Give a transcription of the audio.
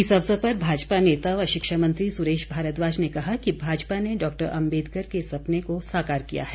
इस अवसर पर भाजपा नेता व शिक्षा मंत्री सुरेश भारद्वाज ने कहा कि भाजपा ने डॉक्टर अम्बेदकर के सपने को साकार किया है